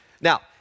Now